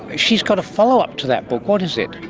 she's got a follow-up to that book, what is it?